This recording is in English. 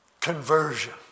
conversion